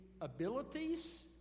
abilities